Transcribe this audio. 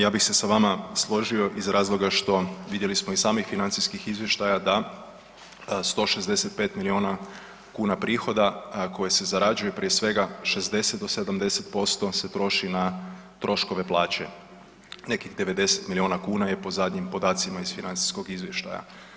Ja bih se sa vama složio iz razloga što, vidjeli smo iz samih financijskih izvještaja da 165 milijuna prihoda koje se zarađuje prije svega 60 do 70% se troši na troškove plaće, nekih 90 miliona kuna je po zadnjim podacima iz financijskog izvještaja.